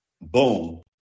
Boom